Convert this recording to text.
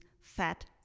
fat